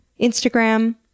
Instagram